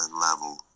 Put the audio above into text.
level